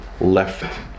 left